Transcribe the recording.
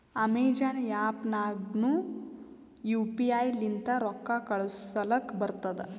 Amazon app ನಾಗ್ನು U P I ಲಿಂತ ರೊಕ್ಕಾ ಕಳೂಸಲಕ್ ಬರ್ತುದ್